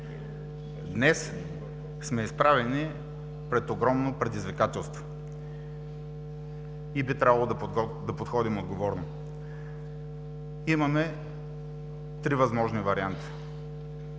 Днес сме изправени пред огромно предизвикателство и би трябвало да подходим отговорно. Имаме три възможни варианта: